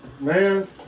man